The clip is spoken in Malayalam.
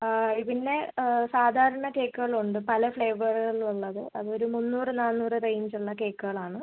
പിന്നെ സാധാരണ കേക്കുകളും ഉണ്ട് പല ഫ്ലേവറുകളിൽ ഉള്ളത് അത് ഒരു മുന്നൂറ് നാന്നൂറ് റേഞ്ചുള്ള കേക്കുകളാണ്